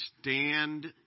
stand